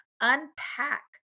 unpack